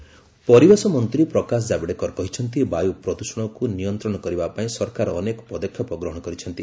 ଜାବଡେକର ପରିବେଶ ମନ୍ତ୍ରୀ ପ୍ରକାଶ ଜାବଡେକର କହିଛନ୍ତି ବାୟୁପୟଦୃଷଣକୁ ନିୟନ୍ତ୍ରଣ କରିବା ପାଇଁ ସରକାର ଅନେକ ପଦକ୍ଷେପ ଗ୍ରହଣ କରିଛନ୍ତି